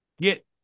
get